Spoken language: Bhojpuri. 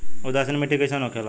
उदासीन मिट्टी कईसन होखेला?